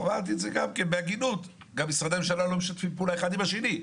אמרתי בהגינות שמשרדי הממשלה גם לא משתפים פעולה האחד עם השני.